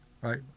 Right